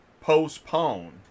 postpone